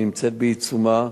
היא נמצאת בעיצומה.